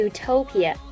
Utopia